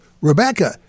Rebecca